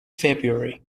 february